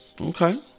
Okay